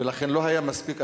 ולכן לא היה מספיק,